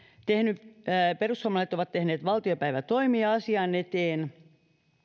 perussuomalaiset ovat tehneet valtiopäivätoimia asian eteen